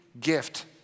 gift